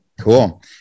Cool